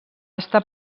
estar